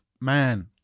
man